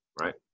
right